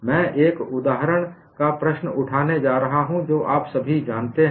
मैं एक उदाहरण का प्रश्न उठाने जा रहा हूं जो आप सभी जानते हैं